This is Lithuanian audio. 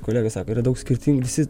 kolega sako yra daug skirtingų visi